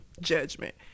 judgment